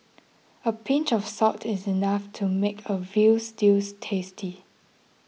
a pinch of salt is enough to make a Veal Stews tasty